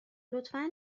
لطفا